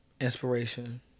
Inspiration